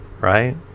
right